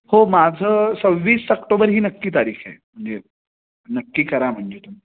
हो माझं सव्वीस अक्टोबर ही नक्की तारीख आहे म्हणजे नक्की करा म्हणजे तुम्ही